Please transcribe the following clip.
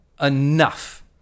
enough